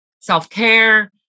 self-care